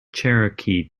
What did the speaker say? cherokee